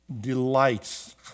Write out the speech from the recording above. delights